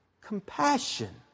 compassion